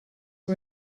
who